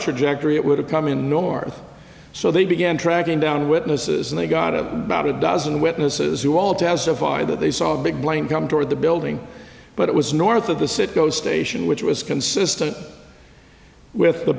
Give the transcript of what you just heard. trajectory it would have come in north so they began tracking down witnesses and they got it about a dozen witnesses who all testified that they saw a big plane come toward the building but it was north of the citgo station which was consistent with the